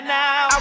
now